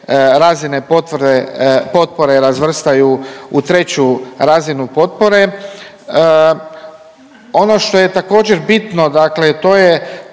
potvrde, potpore razvrstaju u 3. razinu potpore. Ono što je također bitno, dakle to je